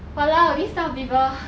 !walao! this type of people